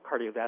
cardiovascular